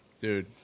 Dude